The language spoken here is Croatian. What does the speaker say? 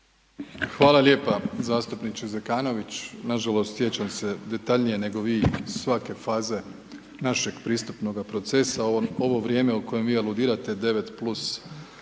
Hvala lijepo zastupniče Zekanović, nažalost sjećam se detaljnije nego vi svake faze našeg pristupnoga procesa. Ovo vrijeme o kojem vi aludirate 9